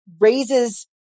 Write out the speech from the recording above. raises